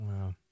Wow